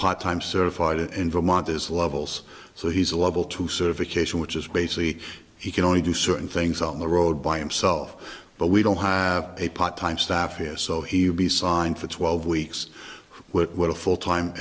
part time certified in vermont is a levels so he's a level two sort of occasion which is basically he can only do certain things on the road by himself but we don't have a part time staff here so he would be signed for twelve weeks what would a full time